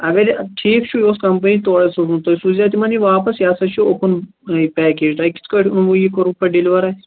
اگر یہِ ٹھیٖک چھُ یہِ اوس کمپٔنی تورٕے سوٗزمُت تُہۍ سوٗزہَو تِمَن یہِ واپس یہِ ہسا چھُ اوٚپُن پیکیج تۄہہِ کِتھٕ پٲٹھۍ اوٚنوٕ یہِ کوٚرُو پتہٕ ڈِیلِوَر اَسہِ